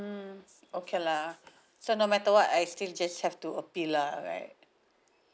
mm I see okay lah so no matter what I still just have to appeal lah right